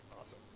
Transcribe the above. awesome